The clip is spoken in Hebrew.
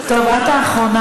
טוב, את האחרונה.